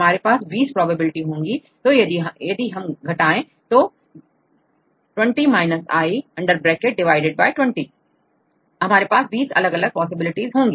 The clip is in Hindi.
हमारे पास20 प्रोबेबिलिटी होंगी तो यदि यदि हम घटाएं तो 20 - i 20हमारे पास20 अलग अलग पॉसिबिलिटी होगी